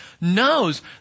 knows